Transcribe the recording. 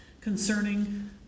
concerning